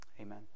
amen